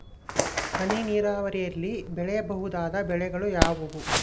ಹನಿ ನೇರಾವರಿಯಲ್ಲಿ ಬೆಳೆಯಬಹುದಾದ ಬೆಳೆಗಳು ಯಾವುವು?